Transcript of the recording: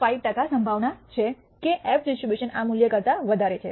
5 ટકા સંભાવના છે કે એફ ડિસ્ટ્રીબ્યુશન આ મૂલ્ય કરતા વધારે છે